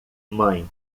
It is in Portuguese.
mãe